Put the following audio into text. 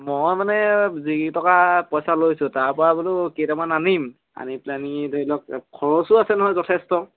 মই মানে যিকেইটকা পইচা লৈছোঁ তাৰপৰা বোলো কেইটামান আনিম আনি পেলাইনি ধৰি লওক খৰচো আছে নহয় যথেষ্ট